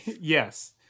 Yes